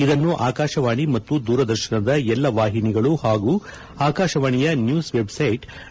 ಇದನ್ನು ಆಕಾಶವಾಣಿ ಮತ್ತು ದೂರದರ್ಶನದ ಎಲ್ಲಾ ವಾಹಿನಿಗಳು ಹಾಗೂ ಆಕಾಶವಾಣಿಯ ನ್ಯೂಸ್ ವೆಬ್ಸೈಟ್ ತಿತಿತಿ